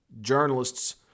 journalists